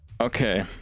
Okay